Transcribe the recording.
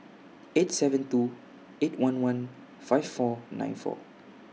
eight seven two eight one one five four nine four